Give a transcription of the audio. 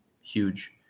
huge